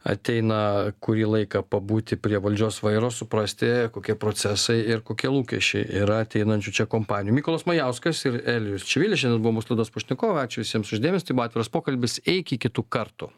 ateina kurį laiką pabūti prie valdžios vairo suprasti kokie procesai ir kokie lūkesčiai yra ateinančių čia kompanijų mykolas majauskas ir elijus čivilis šiandien buvo mūsų laidos pašnekovai ačiū visiems už dėmesį tai buvo atviras pokalbis iki kitų kartų